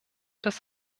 des